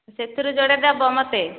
ସେଥିରୁ ଯୋଡ଼େ ଦେବ ମୋତେ